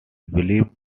believed